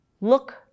Look